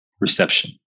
reception